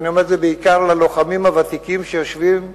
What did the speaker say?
ואני אומר את זה בעיקר ללוחמים הוותיקים שיושבים פה,